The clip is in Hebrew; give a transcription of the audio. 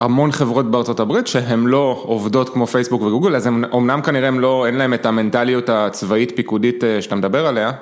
המון חברות בארצות הברית שהם לא עובדות כמו פייסבוק וגוגל אז, אמנם, כנראה הן לא, אין להן את המנטליות הצבאית פיקודית שאתה מדבר עליה.